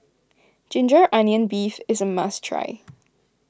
Ginger Onions Beef is a must try